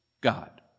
God